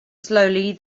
slowly